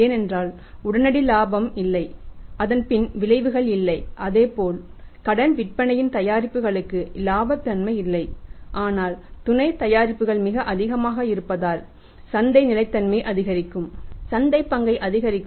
ஏனென்றால் உடனடி லாபம் இல்லை அதன் பின் விளைவுகள் இல்லை அதேபோல் கடன் விற்பனையின் தயாரிப்புகளுக்கு இலாபத்தன்மை இல்லை ஆனால் துணை தயாரிப்புகள் மிக அதிகமாக இருப்பதால் சந்தையில் நிலைத்தன்மையை அதிகரிக்கும் சந்தைப் பங்கை அதிகரிக்கும்